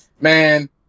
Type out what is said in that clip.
Man